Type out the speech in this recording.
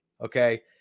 okay